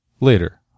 later